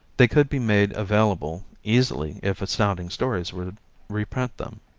they could be made available easily if astounding stories would reprint them.